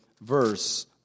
verse